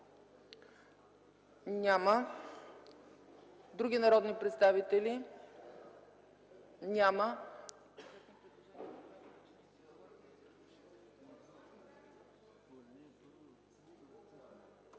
Няма. Други народни представители?